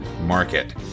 market